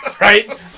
Right